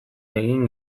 egin